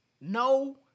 no